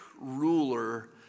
ruler